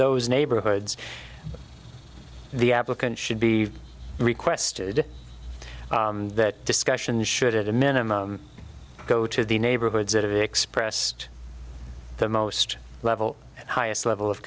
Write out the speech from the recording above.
those neighborhoods the applicant should be requested that discussion should at a minimum go to the neighborhoods that have expressed the most level highest level of